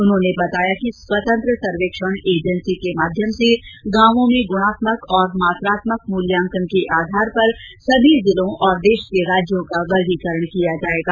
उन्होंने बताया कि स्वतंत्र सर्वेक्षण एजेंसी के माध्यम से गांवों में गुणात्मक औरमात्रात्मक मूल्यांकन के आधार पर सभी जिलों और देश के राज्यों का वर्गीकरण किया जाएगा